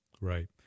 Right